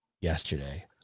yesterday